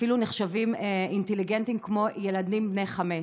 אפילו נחשבים אינטליגנטיים כמו ילדים בני חמש.